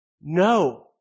No